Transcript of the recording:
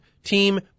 team